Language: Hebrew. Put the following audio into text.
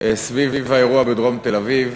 סביב האירוע בדרום תל-אביב,